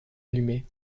allumé